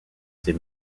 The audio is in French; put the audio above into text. ces